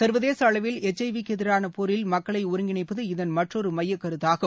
சா்வதேச அளவில் H I V க்கு எதிரான போரில் மக்களை ஒருங்கிணைப்பது இதன் மற்றொரு மையக்கருத்தாகும்